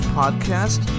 podcast